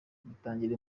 bitangira